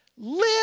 Live